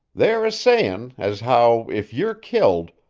they're a-sayin' as how, if you're killed,